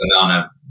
banana